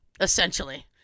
Essentially